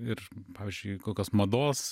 ir pavyzdžiui kokios mados